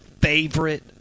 favorite